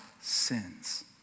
sins